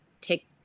take